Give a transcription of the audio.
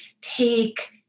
take